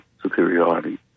Superiority